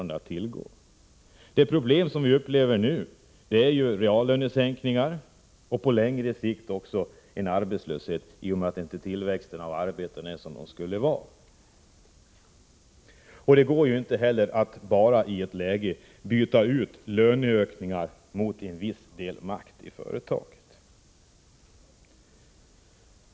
De problem vi upplever nu är reallönesänkningar och på längre sikt också arbetslöshet, i och med att inte tillväxten av arbeten är som den skulle vara. Det går inte heller att i ett sådant läge bara byta ut löneökningar mot en viss del makt i företaget.